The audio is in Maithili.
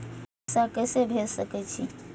पैसा के से भेज सके छी?